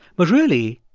but really,